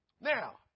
Now